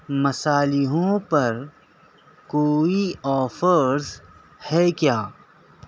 مصالحوں پر کوئی آفرز ہے کیا